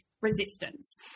resistance